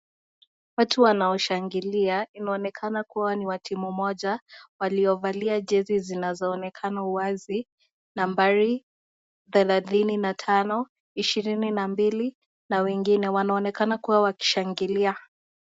Watu wanaoshangilia, inaonekana kuwa ni wa timu moja waliovalia jezi zinazoonekana wazi nambari thelathini na tano, ishirini na mbili na wengine. Wanaonekana kuwa wakishangilia.